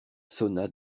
sonna